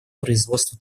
производство